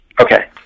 Okay